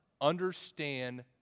understand